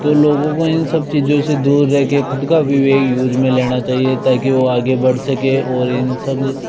तो लोगों को इन सब चीज़ो से दूर रह कर ख़ुद का विवेक यूज़ में लेना चाहिए ताकि वो आगे बढ़ सकें और इन सब